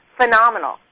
phenomenal